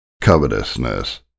covetousness